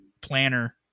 planner